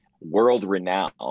world-renowned